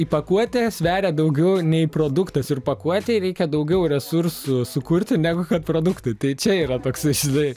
įpakuoti sveria daugiau nei produktas ir pakuotėj reikia daugiau resursų sukurti negu kad produktui tai čia yra toksai žinai